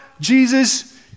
Jesus